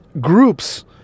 groups